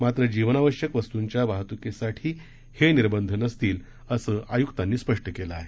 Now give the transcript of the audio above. मात्र जीवनावश्यक वस्तूंच्या वाहतुकीसाठी हे निर्बंध नसतील असं आयुक्तांनी स्पष्ट केलं आहे